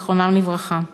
זיכרונם לברכה.